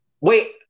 Wait